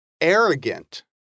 arrogant